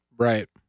Right